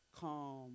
calm